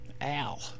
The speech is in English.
Al